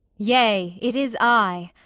yea, it is i,